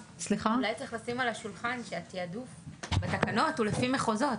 אבל אולי צריך לשים על השולחן שהתעדוף בתקנות הוא לפי מחוזות.